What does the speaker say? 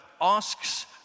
asks